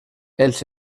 els